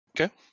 Okay